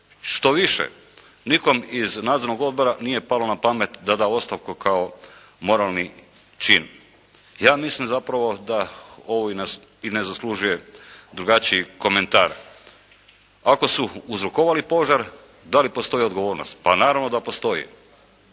štoviše nikom iz nadzornog odbora nije palo na pamet da da ostavku kao moralni čin. Ja mislim zapravo da ovi nas i ne zaslužuje drugačiji komentar. Ako su uzrokovali požar, da li postoji odgovornost? Pa naravno da postoji.